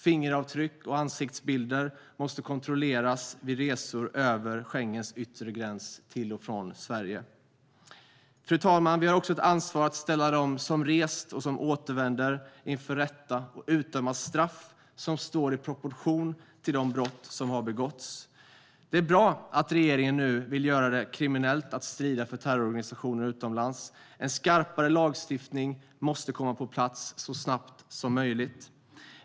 Fingeravtryck och ansiktsbilder måste kontrolleras vid resor över Schengens yttre gräns till och från Sverige. Fru talman! Vi har också ett ansvar att ställa dem som rest och som återvänder inför rätta och utdöma straff som står i proportion till de brott som begåtts. Det är bra att regeringen nu vill göra det kriminellt att strida för terrororganisationer utomlands. En skarpare lagstiftning måste komma på plats så snabbt som möjligt.